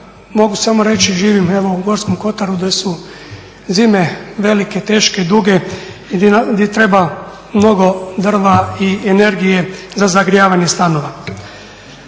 mogu samo reći, živim evo u Gorskom Kotaru gdje su zime velike, teške, duge i gdje treba mnogo drva i energije za zagrijavanje stanova.